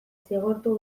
zigortu